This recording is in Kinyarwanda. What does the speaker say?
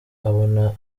abona